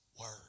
word